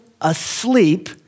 asleep